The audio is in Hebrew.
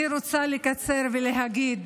אני רוצה לקצר ולהגיד: